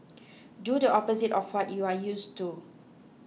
do the opposite of what you are use to